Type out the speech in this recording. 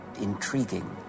intriguing